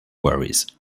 worries